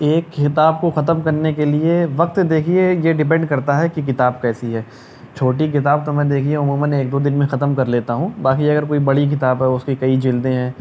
ایک کتاب کو ختم کرنے کے لیے وقت دیکھیے یہ ڈیپینڈ کرتا ہے کہ کتاب کیسی ہے چھوٹی کتاب تو میں دیکھیے عموماً ایک دو دن میں ختم کر لیتا ہوں باقی اگر کوئی بڑی کتاب ہے اس کی کئی جلدیں ہیں